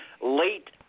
Late